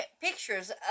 pictures